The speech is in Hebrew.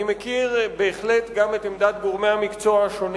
אני מכיר בהחלט גם את דעת גורמי המקצוע השונים